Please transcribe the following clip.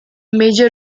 major